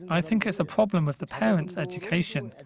i think it's a problem with the parents' education.